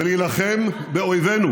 כי הם מפריעים, הם מפריעים.